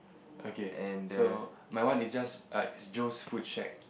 okay so my one is just uh is Joe's food shack